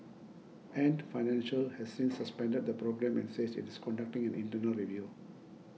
Ant Financial has since suspended the programme and says it is conducting an internal review